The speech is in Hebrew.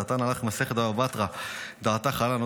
דעתן עלך מסכת בבא בתרא, ודעתך עלך.